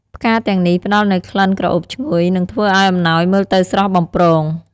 ផ្កាទាំងនេះផ្តល់នូវក្លិនក្រអូបឈ្ងុយ និងធ្វើឱ្យអំណោយមើលទៅស្រស់បំព្រង។